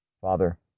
Father